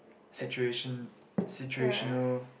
situation situational